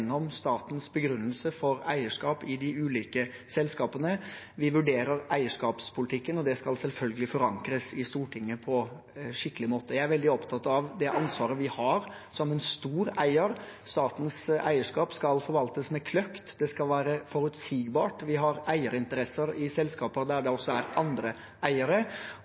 statens begrunnelse for eierskap i de ulike selskapene. Vi vurderer eierskapspolitikken, og det skal selvfølgelig forankres i Stortinget på skikkelig måte. Jeg er veldig opptatt av det ansvaret vi har som en stor eier. Statens eierskap skal forvaltes med kløkt. Det skal være forutsigbart. Vi har eierinteresser i selskaper der det også er andre eiere,